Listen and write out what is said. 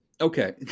Okay